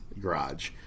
garage